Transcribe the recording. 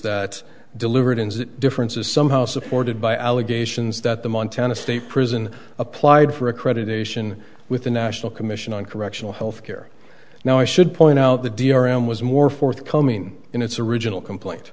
that delivered in differences somehow supported by allegations that the montana state prison applied for accreditation with the national commission on correctional health care now i should point out the d r m was more forthcoming in its original complaint